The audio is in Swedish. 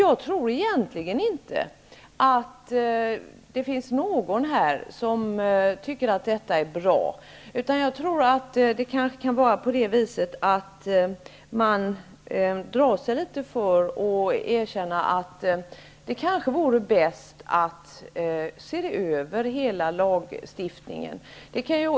Jag tror egentligen inte att det finns någon här som tycker att detta är bra. Jag tror att det kan vara så att man drar sig för att erkänna att det kanske vore bäst att se över hela lagstiftningen.